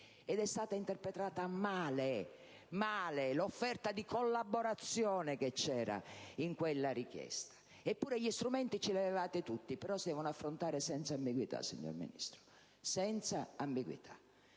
ed è stata interpretata male l'offerta di collaborazione che c'era in quella richiesta. Eppure gli strumenti ce li avevate tutti, però si devono affrontare senza ambiguità, signor Ministro: senza ambiguità.